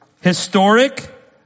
historic